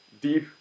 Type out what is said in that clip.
deep